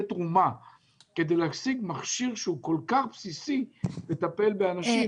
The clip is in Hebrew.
תרומה כדי להשיג מכשיר בסיסי לטיפול באנשים.